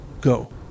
go